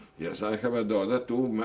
yes, i have a daughter too.